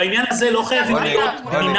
בעניין הזה לא חייבים להיות בינריים,